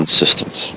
systems